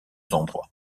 endroits